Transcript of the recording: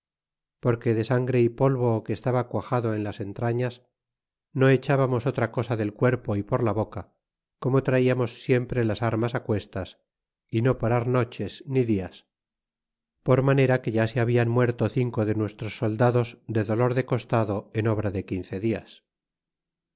porque de sangre y polvo que estaba cuajado en las entrañas no echábamos otra cosa del cuerpo y por la boca como traiamos siempre las armas á cuestas y no parar noches ni dias por manera que ya se habían muerto cinco de nuestros soldados de dolor de costado en obra de quince dias